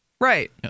Right